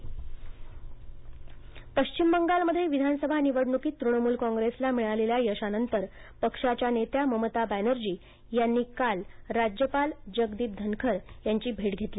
सत्तास्थापना पश्चिम बंगालमध्ये विधानसभा निवडणुकीत तृणमूल कॉं ग्रेसला मिळालेल्या यशानंतर पक्षाच्या नेत्या ममता बॅनर्जी यांनी काल राज्यपाल जगदीप धनकर यांची भेट घेतली